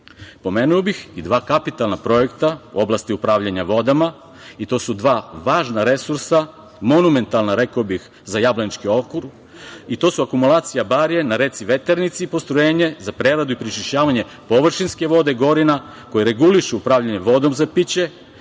nameni. Pomenuo bih i dva kapitalna projekta u oblasti upravljanja vodama. To su dva važna resursa, monumentalna, rekao bih, za Jablanički okrug. To su akumulacija „Barije“ na reci Veternici, postrojenje za preradu i prečišćavanje površinske vode „Gorina“ koje regulišu upravljanje vodom za piće.